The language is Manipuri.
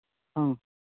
ꯎꯝ